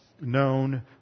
known